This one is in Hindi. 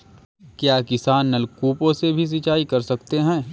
क्या किसान नल कूपों से भी सिंचाई कर सकते हैं?